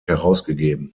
herausgegeben